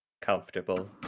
comfortable